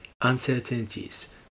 uncertainties